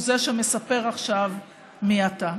הוא זה שמספר עכשיו מי אתה.